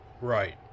Right